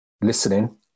Listening